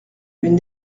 une